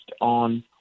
on